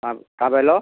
ହଁ କାଁ ବଏଲ